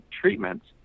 treatments